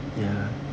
ya